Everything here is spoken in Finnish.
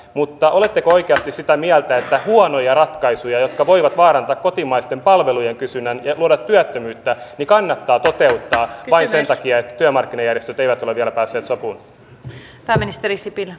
mutta oletteko oikeasti sitä mieltä että huonoja ratkaisuja jotka voivat vaarantaa kotimaisten palvelujen kysynnän ja luoda työttömyyttä kannattaa toteuttaa vain sen takia että työmarkkinajärjestöt eivät ole vielä päässeet sopuun